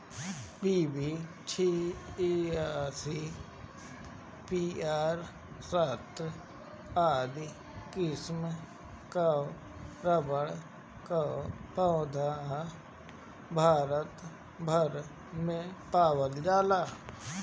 PB छियासी, PR सत्रह आदि किसिम कअ रबड़ कअ पौधा भारत भर में पावल जाला